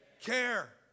care